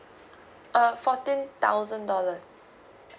uh fourteen thousand dollars